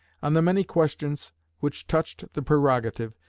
on the many questions which touched the prerogative,